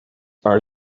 are